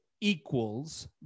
equals